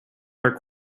our